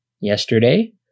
Yesterday